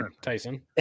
tyson